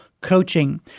coaching